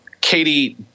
Katie